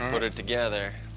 put it together.